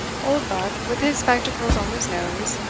oldbuck, with his spectacles on his nose,